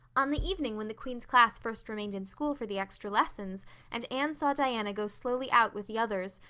on the evening when the queen's class first remained in school for the extra lessons and anne saw diana go slowly out with the others,